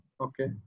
Okay